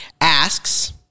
asks